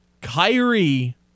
Kyrie